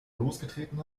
losgetreten